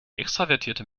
extravertierte